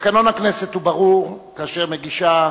תקנון הכנסת ברור, כאשר מגישה